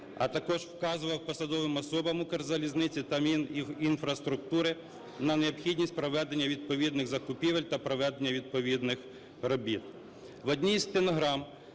а також вказував посадовим особам "Укрзалізниці" та Мінінфраструктури на необхідність проведення відповідних закупівель та проведення відповідних робіт. В одній із стенограм